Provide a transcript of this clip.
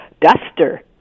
Duster